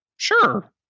sure